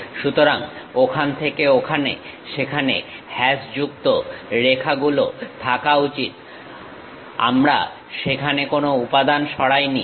সুতরাং ওখান থেকে ওখানে সেখানে হ্যাশ যুক্ত রেখাগুলো থাকা উচিত আমরা সেখানে কোনো উপাদান সরাইনি